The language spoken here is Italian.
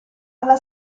alla